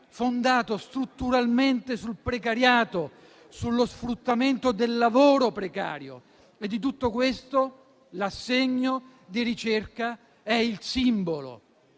fondato strutturalmente sul precariato, sullo sfruttamento del lavoro precario. Di tutto ciò l'assegno di ricerca è il simbolo;